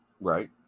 Right